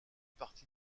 parti